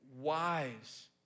wise